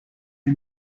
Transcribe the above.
est